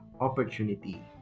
opportunity